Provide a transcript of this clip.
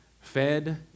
fed